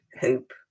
hope